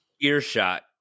Earshot